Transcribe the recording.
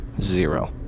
zero